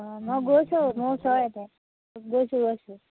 অঁ মই গৈছোঁ মোৰ ওচৰ ইয়াতে গৈছোঁ গৈছোঁ